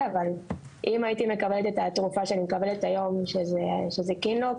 אבל אם הייתי מקבלת את התרופה שאני מקבל היום שהיא קילנוק,